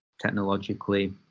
technologically